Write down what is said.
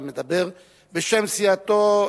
המדבר בשם סיעתו,